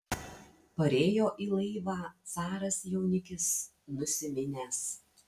parėjo į laivą caras jaunikis nusiminęs